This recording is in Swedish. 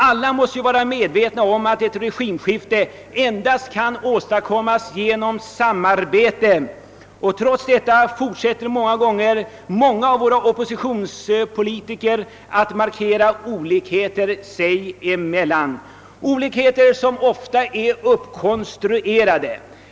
Alla måste vara medvetna om, att ett regimskifte endast kan åstadkommas genom samarbete. Trots detta fortsätter många av våra oppositionspolitiker att markera olikheter de tre partierna emellan, olikheter som ofta är uppkonstruerade.